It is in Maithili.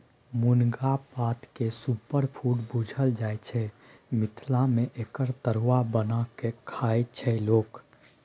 मुनगा पातकेँ सुपरफुड बुझल जाइ छै मिथिला मे एकर तरुआ बना कए खाइ छै लोक